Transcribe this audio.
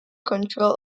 control